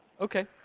Okay